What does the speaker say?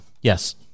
Yes